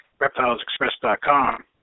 reptilesexpress.com